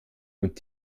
und